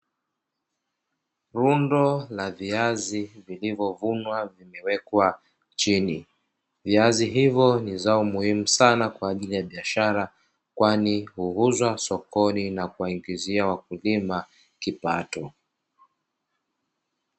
Rundo la viazi vilivyo vunwa vimewekwa chini, viazi hivyo ni zao muhimu sana kwa ajili ya biashara kwani huuzwa sokoni na kuwaingizia wakulima kipato.